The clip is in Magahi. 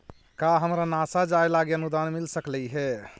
का हमरा नासा जाये लागी अनुदान मिल सकलई हे?